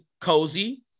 cozy